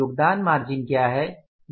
योगदान मार्जिन क्या है